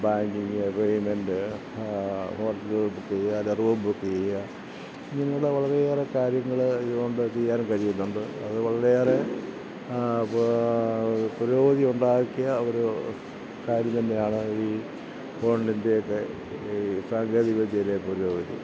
banking payment ഹോട്ടലുകള് ബുക്കെയ്യാന് room ബുക്കെയ്യുക ഇങ്ങനെയുള്ള വളരെയേറെ കാര്യങ്ങള് ഇതുകൊണ്ട് ചെയ്യാൻ കഴിയുന്നുണ്ട് അത് വളരെയേറെ പുരോഗതി ഉണ്ടാക്കിയ ഒരു കാര്യം തന്നെയാണ് ഈ ഫോണിൻ്റെയൊക്കെ ഈ സാങ്കേതികവിദ്യയിലെ പുരോഗതി